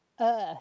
Earth